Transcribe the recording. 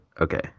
Okay